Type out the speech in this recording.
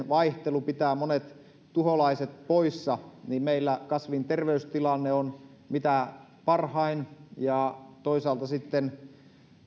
vaihtelu pitää monet tuholaiset poissa että meillä kasvinterveystilanne on mitä parhain ja toisaalta sitten